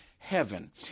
heaven